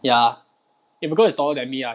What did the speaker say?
ya eh marcus is taller than me right